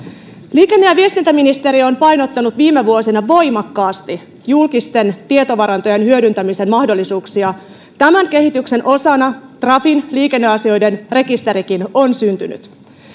liikenne ja ja viestintäministeriö on painottanut viime vuosina voimakkaasti julkisten tietovarantojen hyödyntämisen mahdollisuuksia tämän kehityksen osana trafin liikenneasioiden rekisterikin on syntynyt